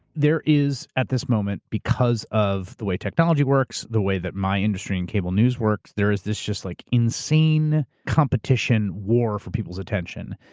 there is, at this moment, because of the way technology works, the way that my industry and cable news works, there is this like insane competition war for people's attention.